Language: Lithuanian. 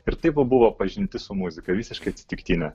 ir tai va buvo pažintis su muzika visiškai atsitiktinė